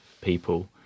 people